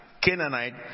Canaanite